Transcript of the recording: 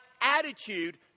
attitude